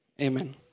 Amen